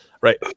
Right